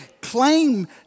claim